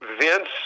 Vince